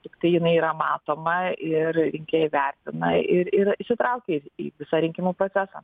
tiktai jinai yra matoma ir rinkėjai įvertina ir ir įsitraukia į į visą rinkimų procesą